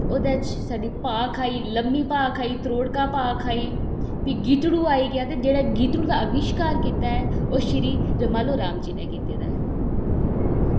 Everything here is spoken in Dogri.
एह्दे च भाख आई लम्मी भाख आई त्रोड़का भाख आई ते गीतड़ू आइया ते जेह्ड़ा गीतड़ू दा अविष्कार कीता ऐ एह् श्री रोमालो राम जी नै कीते दा